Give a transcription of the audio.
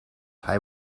hij